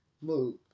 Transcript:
move